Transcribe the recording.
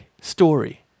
story